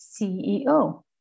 CEO